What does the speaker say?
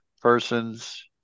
person's